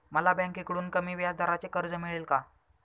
मला बँकेकडून कमी व्याजदराचे कर्ज मिळेल का?